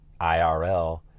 IRL